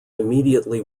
immediately